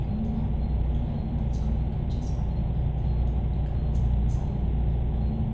ముందుగా కూ కూరగాయలని తెచ్చుకుని కట్ చేసుకున్నాను తర్వాత వాటికి కావలసిన మసాలాలు అన్నీ